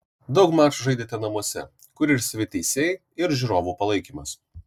daug mačų žaidėte namuose kur ir savi teisėjai ir žiūrovų palaikymas